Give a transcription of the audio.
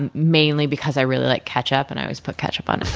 and mainly because i really like ketchup, and i always put ketchup on and